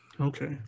Okay